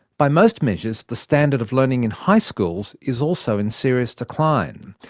by most measures the standard of learning in high schools is also in serious decline.